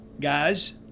Guys